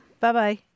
Bye-bye